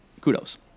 kudos